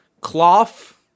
Cloth